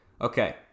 Okay